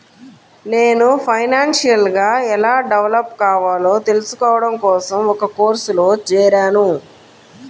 నేను ఫైనాన్షియల్ గా ఎలా డెవలప్ కావాలో తెల్సుకోడం కోసం ఒక కోర్సులో జేరాను